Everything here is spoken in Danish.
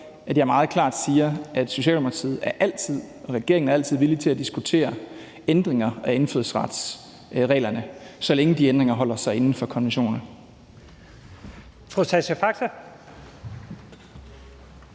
jeg meget klart siger, at Socialdemokratiet og regeringen altid er villig til at diskutere ændringer af indfødsretsreglerne, så længe de ændringer holder sig inden for konventionerne.